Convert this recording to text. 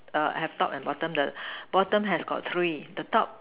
err have top and bottom the bottom has got three the top